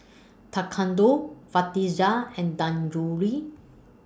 Tekkadon Fajitas and Dangojiru